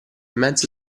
mezzo